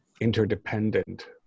interdependent